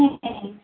हूं हूं